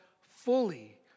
fully